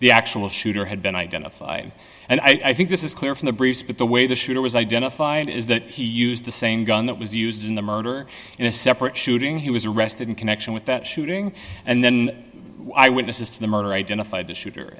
the actual shooter had been identified and i think this is clear from the bruce but the way the shooter was identified is that he used the same gun that was used in the murder in a separate shooting he was arrested in connection with that shooting and then i would assist in the murder identified the shooter